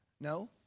No